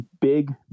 big